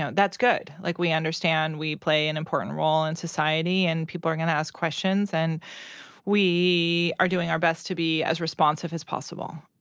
ah that's good. like, we understand we play an important role in society, and people are gonna ask questions. and we are doing our best to be as responsive as possible.